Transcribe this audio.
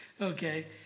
okay